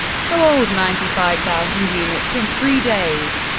sold ninety five thousand units in three days.